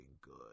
good